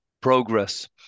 progress